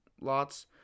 lots